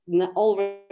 already